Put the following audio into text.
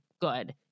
good